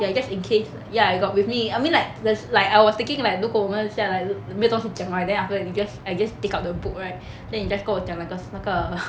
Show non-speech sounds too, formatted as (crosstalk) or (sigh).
ya just in case ya I got with me I mean like there's like I was thinking like 如果我们留来没没有东西讲 right then after that you just I just take out the book right then 你 just 跟我讲那个那个 (laughs)